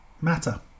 matter